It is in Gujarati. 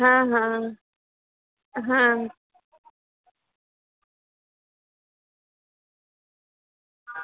હં હં